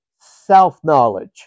self-knowledge